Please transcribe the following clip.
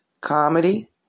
Comedy